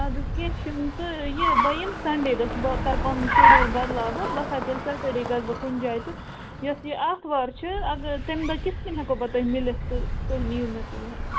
اَدٕ حظ کیٚنٛہہ چھُنہٕ تہٕ یہِ بہٕ یِمہٕ سَنٛڈیٚے دۄہہ بہٕ کَرٕ پَنُن شیٚڈوٗل بَدلاو بہٕ بہٕ تھاوٕ تیٚلہِ سیٚٹرڈیٚے گَژھٕ بہٕ کُنہِ جایہِ تہٕ یۅس یہِ آتھوار چھِ اگر تمہِ دۄہہ کِتھٕ کٔنۍ ہیٚکو بہٕ تۄہہِ میٖلِتھ تہٕ تُہۍ نِیِو مےٚ تور